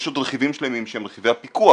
יש עוד רכיבים שלמים שהם רכיבי הפיקוח.